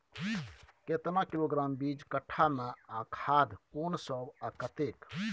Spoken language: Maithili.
केतना किलोग्राम बीज कट्ठा मे आ खाद कोन सब आ कतेक?